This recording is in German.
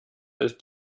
ist